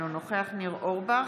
אינו נוכח ניר אורבך,